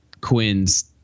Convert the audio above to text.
quinn's